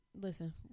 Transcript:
listen